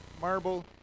marble